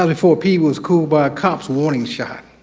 ah four p was cooled by a cops warning shot.